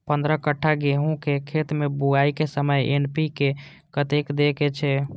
पंद्रह कट्ठा गेहूं के खेत मे बुआई के समय एन.पी.के कतेक दे के छे?